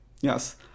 Yes